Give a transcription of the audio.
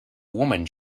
woman